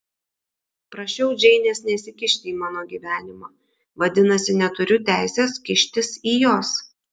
prašiau džeinės nesikišti į mano gyvenimą vadinasi neturiu teisės kištis į jos